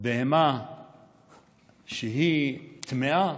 בהמה שהיא טמאה,